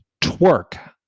twerk